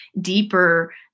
deeper